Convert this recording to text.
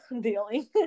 dealing